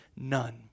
none